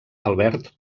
albert